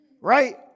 right